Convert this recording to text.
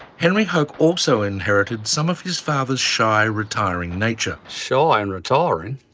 henry hoke also inherited some of his father's shy retiring nature. shy and retiring?